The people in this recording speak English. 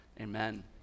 Amen